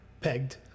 pegged